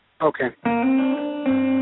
Okay